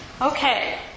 Okay